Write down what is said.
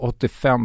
85%